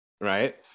right